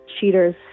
cheaters